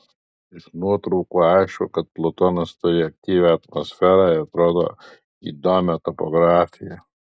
iš nuotraukų aišku kad plutonas turi aktyvią atmosferą ir atrodo įdomią topografiją